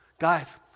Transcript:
Guys